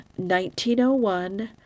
1901